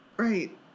Right